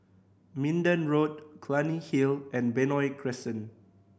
Minden Road Clunny Hill and Benoi Crescent